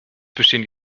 bestehen